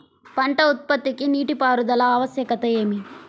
పంట ఉత్పత్తికి నీటిపారుదల ఆవశ్యకత ఏమి?